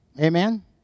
amen